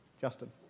Justin